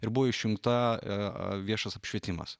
ir buvo išjungta viešas apšvietimas